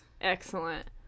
Excellent